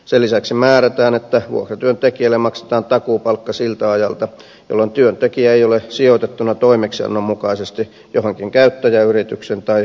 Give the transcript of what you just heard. sen lisäksi määrätään että vuokratyöntekijälle maksetaan takuupalkka siltä ajalta jolloin työntekijä ei ole sijoitettuna toimeksiannon mukaisesti johonkin käyttäjäyritykseen tai osallistu koulutukseen